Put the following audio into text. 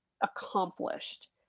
accomplished